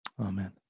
Amen